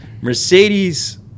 Mercedes